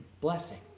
blessing